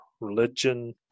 religion